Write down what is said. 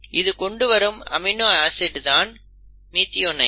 இது கொண்டு வரும் அமினோ ஆசிட் தான் மிதியோனைன்